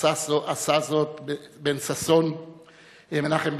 עשה זאת מנחם בן-ששון,